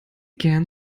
gerne